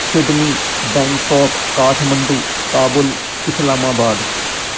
Sydney Bangkok Kathmandu Kabul Islamabad